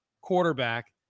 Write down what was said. quarterback